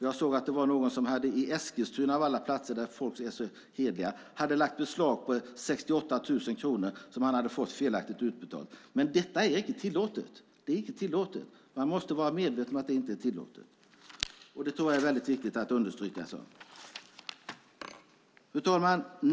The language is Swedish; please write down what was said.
Jag såg att någon i Eskilstuna av alla platser, där folk är så hederliga, hade lagt beslag på 68 000 kronor som hade blivit felaktigt utbetalda. Men det är inte tillåtet - det måste man vara medveten om. Det är viktigt att understryka det. Fru talman!